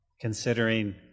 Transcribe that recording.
Considering